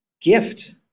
gift